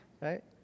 right